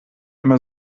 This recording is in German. immer